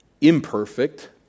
Imperfect